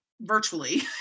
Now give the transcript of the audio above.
virtually